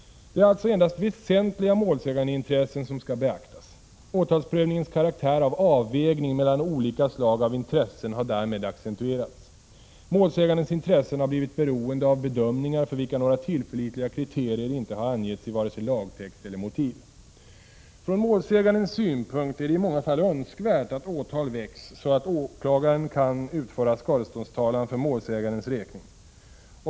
Det är alltså endast väsentliga målsägandeintressen som skall beaktas. Åtalsprövningens karaktär av avvägning mellan olika slag av intressen har därmed accentuerats. Målsägandens intressen har blivit beroende av bedömningar för vilka några tillförlitliga kriterier inte har angetts i vare sig lagtext eller motiv. Från målsägandens synpunkt är det i många fall önskvärt att åtal väcks, så att åklagaren kan utföra skadeståndstalan för målsägandens räkning.